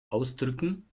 ausdrücken